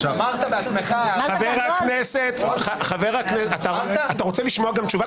אמרת בעצמך --- אתה רוצה לשמוע גם תשובה?